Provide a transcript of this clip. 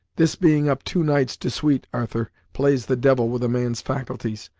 this being up two nights de suite, arthur, plays the devil with a man's faculties!